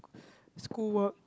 school work